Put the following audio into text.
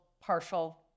partial